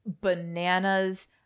bananas